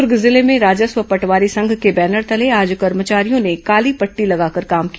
दुर्ग जिले में राजस्व पटवारी संघ के बैनर तले आज कर्मचारियों ने काली पट्टी लगाकर काम किया